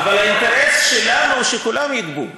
האינטרס שלנו הוא שכולם יגבו.